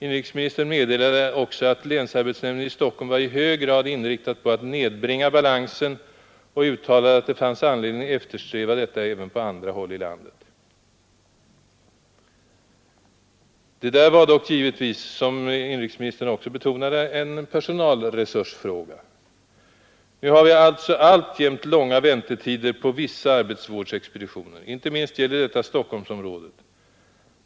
Inrikesministern meddelade också att länsarbetsnämnden i Stockholm var i hög grad inriktad på att nedbringa balansen och uttalade att det fanns anledning eftersträva detta även på andra håll i landet. Det där var dock givetvis, som inrikesministern också betonade, en personalresursfråga. Nu har vi alltså alltjämt långa väntetider på vis: ner. Inte minst gäller detta i Stockholmsområdet.